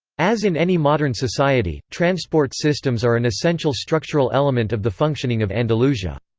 as in any modern society, transport systems are an essential structural element of the functioning of andalusia.